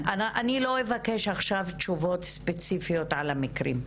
אני לא אבקש עכשיו תשובות ספציפיות על המקרים,